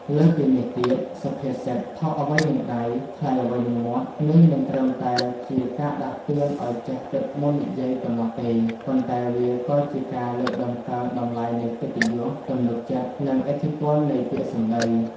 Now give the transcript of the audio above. លើសពីនេះទៀត សុភាសិត "ថោកអ្វីនឹងដៃ ថ្លៃអ្វីនឹងមាត់"នេះមិនត្រឹមតែជាការដាស់តឿនឱ្យចេះគិតមុននិយាយប៉ុណ្ណោះទេ ប៉ុន្តែវាក៏ជាការលើកតម្កើងតម្លៃនៃកិត្តិយស ទំនុកចិត្ត និងឥទ្ធិពលនៃពាក្យសម្ដី។